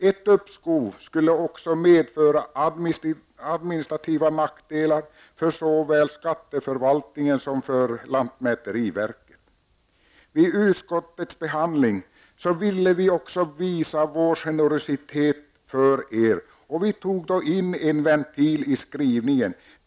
Ett uppskov skulle också medföra administrativa nackdelar för såväl skatteförvaltningen som lantmäteriverket. Vi ville visa vår generositet vid utskottets behandling och tog därför in en ventil i skrivningen.